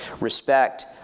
respect